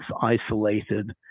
isolated